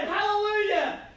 Hallelujah